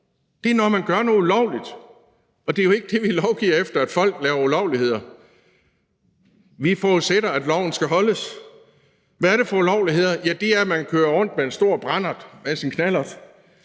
Det er, når man gør noget ulovligt, og det er jo ikke det, vi lovgiver efter, altså at folk laver ulovligheder. Vi forudsætter, at loven skal overholdes. Hvad er det for ulovligheder? Ja, det er, når man kører rundt på sin knallert med en stor